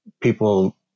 people